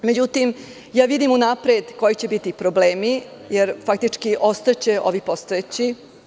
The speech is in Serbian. Međutim, ja vidim unapred koji će biti problemi jer, faktički, ostaće ovi postojeći.